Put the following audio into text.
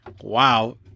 Wow